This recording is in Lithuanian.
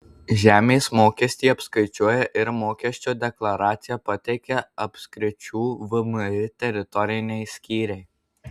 žemės mokestį apskaičiuoja ir mokesčio deklaraciją pateikia apskričių vmi teritoriniai skyriai